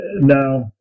now